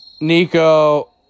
Nico